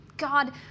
God